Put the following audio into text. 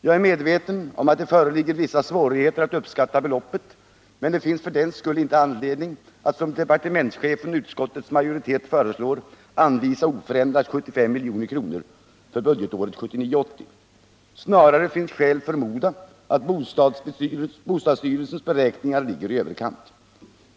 Jag är medveten om att det föreligger vissa svårigheter att uppskatta beloppet, men det finns för den skull inte anledning att, som departementschefen och utskottets majoritet föreslår, anvisa oförändrat 75 milj.kr. för budgetåret 1979/80. Snarare finns skäl förmoda att bostadsstyrelsens beräkningar ligger i överkant.